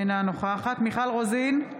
אינה נוכחת מיכל רוזין,